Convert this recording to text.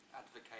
Advocate